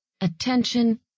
attention